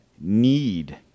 need